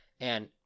And-